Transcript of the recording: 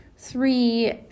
Three